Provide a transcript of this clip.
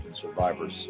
survivors